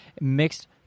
mixed